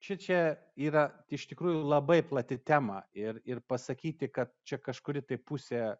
šičia yra iš tikrųjų labai plati tema ir ir pasakyti kad čia kažkuri tai pusė